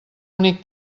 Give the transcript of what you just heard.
únic